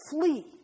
Flee